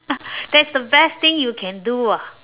that's the best thing you can do [what]